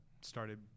started